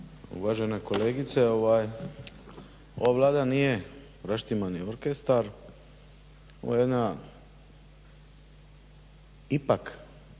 Uvažena kolegice, ova Vlada nije raštimani orkestar, ovo je jedna ipak